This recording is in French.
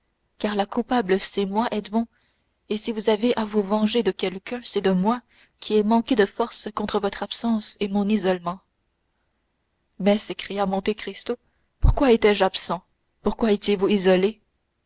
car la coupable c'est moi edmond et si vous avez à vous venger de quelqu'un c'est de moi qui ai manqué de force contre votre absence et mon isolement mais s'écria monte cristo pourquoi étais-je absent pourquoi étiez-vous isolée